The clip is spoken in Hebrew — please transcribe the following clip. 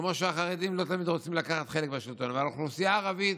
כמו שהחרדים לא תמיד רוצים חלק בשלטון האוכלוסייה הערבית,